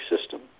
system